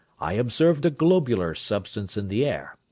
i observed a globular substance in the air,